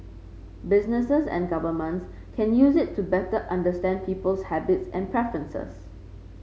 businesses and governments can use it to better understand people's habits and preferences